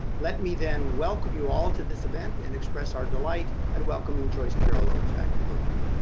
let me then welcome you all to this event and express our delight and welcoming joyce carol oates back to berkeley.